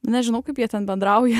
nežinau kaip jie ten bendrauja